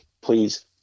please